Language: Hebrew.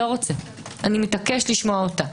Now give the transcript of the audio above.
אני מתעקש לשמוע אותה.